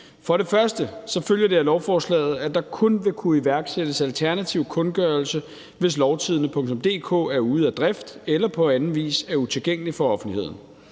For det første følger det af lovforslaget, at der kun vil kunne iværksættes alternativ kundgørelse, hvis lovtidende.dk er ude af drift eller på anden vis er utilgængelig for offentligheden.